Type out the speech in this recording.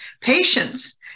patience